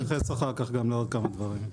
אני אתייחס אחר-כך לכמה דברים.